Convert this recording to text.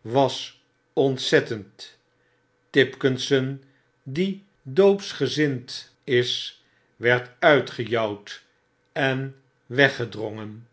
was ontzettend tipkisson die doopsgezind is werd uitgejouwd en weggedrongen